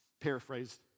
paraphrased